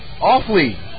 Awfully